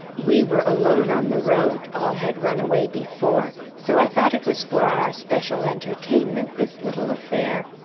we were alone on the road all had run away before so i thought it was for our especial entertainment, this little affair.